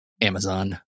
Amazon